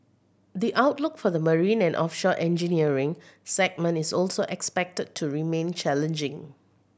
the outlook for the marine and offshore engineering segment is also expected to remain challenging